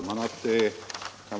Herr talman!